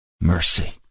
mercy